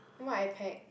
what I pack